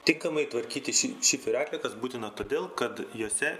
tinkamai tvarkyti si šiferio atliekas būtina todėl kad jose